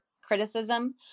criticism